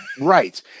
Right